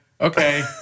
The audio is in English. okay